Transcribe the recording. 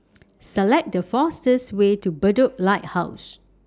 Select The fastest Way to Bedok Lighthouse